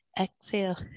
Exhale